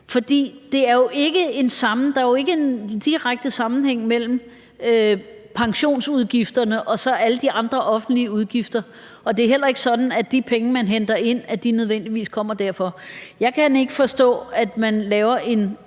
For der er jo ikke en direkte sammenhæng mellem pensionsudgifterne og alle de andre offentlige udgifter, og det er heller ikke sådan, at de penge, man henter ind, nødvendigvis kommer derfra. Jeg kan ikke forstå, at man laver en